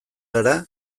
gara